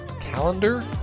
calendar